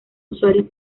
usuarios